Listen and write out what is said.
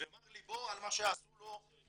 ומר ליבו על מה שעשו לו בעבר,